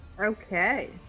Okay